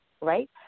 Right